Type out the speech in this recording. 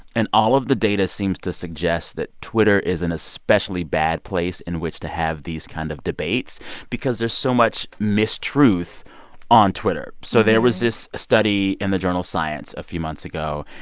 and all of the data seems to suggest that twitter is an especially bad place in which to have these kind of debates because there's so much mistruth on twitter. so there was this study in the journal science a few months ago,